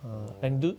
orh